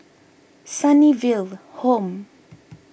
Sunnyville Home